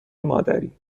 مادری